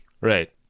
right